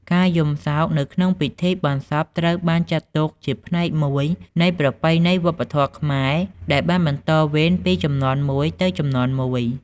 ការយំសោកនៅក្នុងពិធីបុណ្យសពត្រូវបានចាត់ទុកជាផ្នែកមួយនៃប្រពៃណីវប្បធម៌ខ្មែរដែលបានបន្តវេនពីជំនាន់មួយទៅជំនាន់មួយ។